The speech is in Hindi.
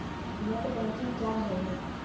नेट बैंकिंग क्या है?